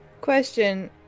Question